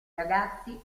ragazzi